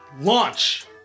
launch